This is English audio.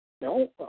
No